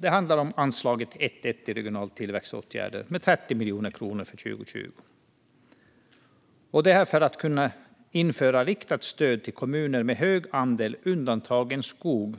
Det handlar om anslag 1:1 Regionala till växtåtgärder , 30 miljoner kronor för 2020, för att kunna införa ett riktat stöd till kommuner med hög andel skog undantagen